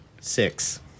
Six